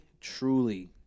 truly